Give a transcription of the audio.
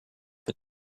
but